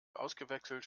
ausgewechselt